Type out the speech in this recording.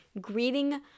greeting